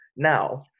Now